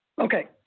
okay